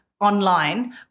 online